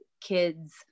kids